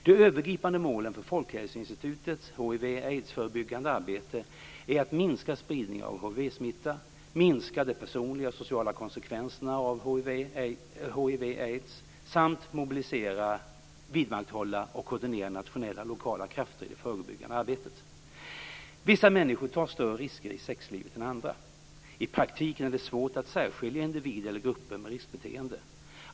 De övergripande målen för Folkhälsoinstitutets hiv aids samt mobilisera, vidmakthålla och koordinera nationella och lokala krafter i det förebyggande arbetet. Vissa människor tar större risker i sexlivet än andra. I praktiken är det svårt att särskilja individer eller grupper med riskbeteende.